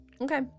Okay